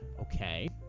Okay